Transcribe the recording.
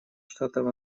штатов